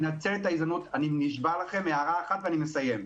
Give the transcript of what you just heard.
ואני מסיים: